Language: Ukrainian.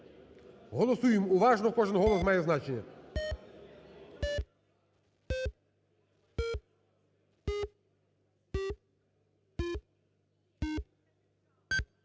Голосуємо уважно, кожен голос має значення.